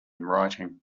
writing